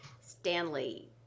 Stanley